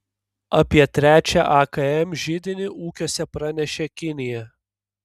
apie trečią akm židinį ūkiuose pranešė kinija